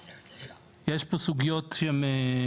ויש פה הבדל בסמנטיקה הזאת.